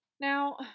Now